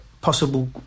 possible